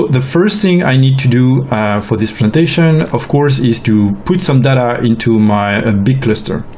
the first thing i need to do for this presentation, of course, is to put some data into my big cluster.